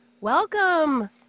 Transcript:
Welcome